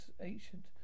ancient